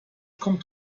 kommt